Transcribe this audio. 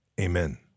Amen